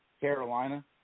Carolina